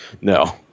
no